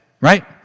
right